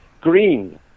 green